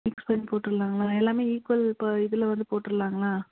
mix பண்ணி போட்டு விட்லாங்களா எல்லாமே ஈக்குவல் இப்போ இதில் வந்து போட்டுறாங்களா